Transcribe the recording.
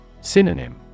Synonym